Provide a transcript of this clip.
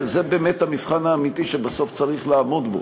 זה המבחן האמיתי שבסוף צריך לעמוד בו.